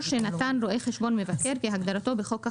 שנתן רואה חשבון מבקר כהגדרתו בחוק החברות,